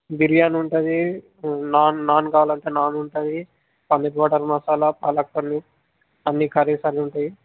బిర్యానీ ఉంటుంది నాన్ నాన్ కావాలంటే నాన్ ఉంటుంది పన్నీర్ బటర్ మసాలా పాలక్ పన్నీర్ అన్నీ కర్రీస్ అన్నీ ఉంటాయి